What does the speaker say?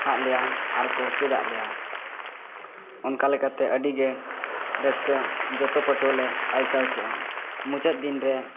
ᱟᱫ ᱞᱮᱭᱟ ᱟᱨᱠᱚ ᱪᱮᱫᱟᱫ ᱞᱮᱭᱟ ᱚᱱᱠᱟ ᱞᱮᱠᱟᱛᱮ ᱟᱹᱰᱤᱜᱮ ᱨᱟᱹᱥᱠᱟᱹ ᱡᱚᱛᱚ ᱯᱟᱹᱴᱷᱣᱟᱹᱞᱮ ᱟᱹᱭᱠᱟᱹᱣ ᱠᱮᱫᱼᱟ ᱢᱩᱪᱟᱫ ᱫᱤᱱᱨᱮ